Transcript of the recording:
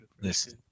listen